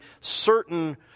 certain